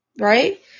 right